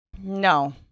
No